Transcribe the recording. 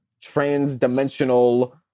trans-dimensional